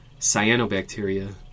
cyanobacteria